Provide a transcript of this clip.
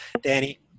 Danny